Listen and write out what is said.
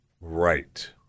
Right